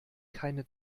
keine